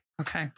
Okay